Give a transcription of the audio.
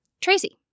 Tracy